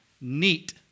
Neat